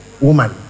woman